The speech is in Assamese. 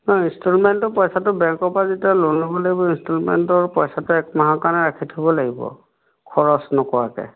অঁ ইনষ্টলমেণ্টৰ পইচাটো বেংকৰ পৰা যেতিয়া ল'ন ল'ব লাগিব ইনষ্টলমেণ্টৰ পইচাটো একমাহৰ কাৰণে ৰাখি থ'ব লাগিব খৰচ নকৰাকে